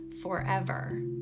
forever